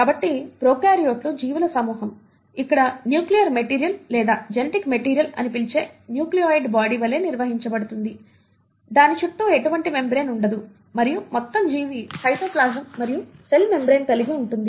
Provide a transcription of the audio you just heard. కాబట్టి ప్రొకార్యోట్లు జీవుల సమూహం ఇక్కడ న్యూక్లియర్ మెటీరియల్ లేదా జెనెటిక్ మెటీరియల్ అని పిలచే న్యూక్లియోయిడ్ బాడీ వలె నిర్వహించబడుతుంది దాని చుట్టూ ఎటువంటి మెంబ్రేన్ ఉండదు మరియు మొత్తం జీవి సైటోప్లాజం మరియు సెల్ మెంబ్రేన్ కలిగి ఉంటుంది